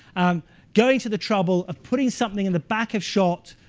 um going to the trouble of putting something in the back of shot,